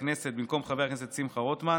הכנסת במקום חבר הכנסת שמחה רוטמן,